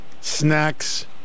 snacks